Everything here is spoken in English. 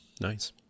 Nice